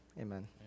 Amen